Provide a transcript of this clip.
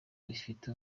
rifite